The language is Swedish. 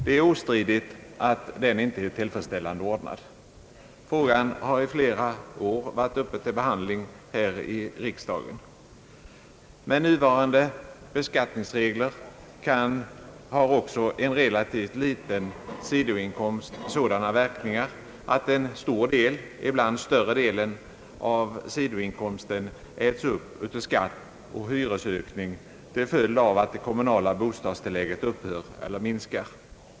Det är obestridligt att den inte är tillfredsställande ordnad. Frågan har ju i flera år varit uppe till behandling här i riksdagen. Med nuvarande beskattningsregler har också en relativt liten sidoinkomst sådana verkningar att en stor del — ibland större delen — av den äts upp av skatt och hyresökning till följd av att det kommunala bostadstillägget upphör eller minskar.